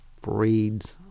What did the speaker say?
breeds